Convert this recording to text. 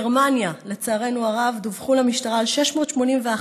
גרמניה, לצערנו הרב, דווחו למשטרה 681